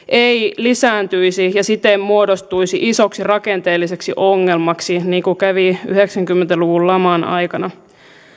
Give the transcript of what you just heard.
ei lisääntyisi ja siten muodostuisi isoksi rakenteelliseksi ongelmaksi niin kuin kävi yhdeksänkymmentä luvun laman aikana